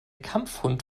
kampfhund